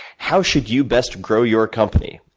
how should you best grow your company,